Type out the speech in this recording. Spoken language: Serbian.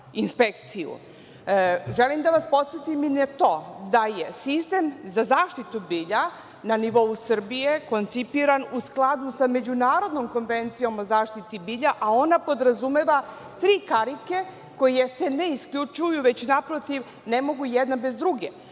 inspekciju. Želim da vas podsetim i na to da je sistem za zaštitu bilja na nivou Srbije koncipiran u skladu sa Međunarodnom konvencijom o zaštiti bilja, a ona podrazumeva tri karike koje se ne isključuju, već naprotiv, ne mogu jedna bez druge.